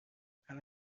همه